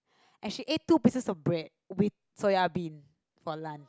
as she ate two pieces of breads with soya bean for lunch